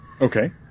Okay